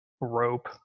rope